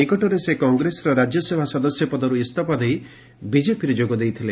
ନିକଟରେ ସେ କଂଗ୍ରେସ ରାଜ୍ୟସଭା ସଦସ୍ୟ ପଦରୁ ଇସ୍ତଫା ଦେଇ ବିଜେପିରେ ଯୋଗ ଦେଇଥିଲେ